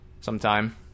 sometime